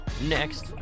next